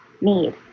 need